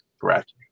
correct